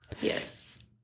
yes